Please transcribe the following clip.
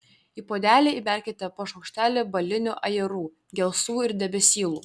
į puodelį įberkite po šaukštelį balinių ajerų gelsvių ir debesylų